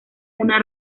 una